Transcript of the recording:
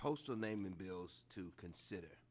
postal naman bills to consider